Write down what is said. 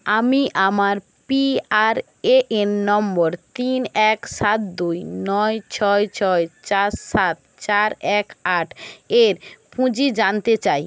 আমি আমার পিআরএএন নম্বর তিন এক সাত দুই নয় ছয় ছয় চার সাত চার এক আট এর পুঁজি জানতে চাই